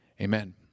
Amen